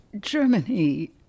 Germany